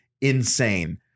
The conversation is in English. insane